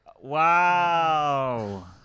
Wow